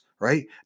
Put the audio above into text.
right